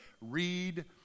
Read